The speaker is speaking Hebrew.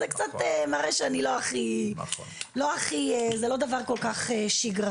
אז זה קצת מראה שזה לא דבר כל כך שגרתי.